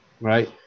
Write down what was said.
right